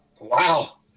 Wow